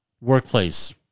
workplace